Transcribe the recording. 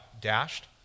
dashed